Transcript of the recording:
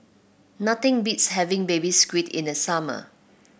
nothing beats having Baby Squid in the summer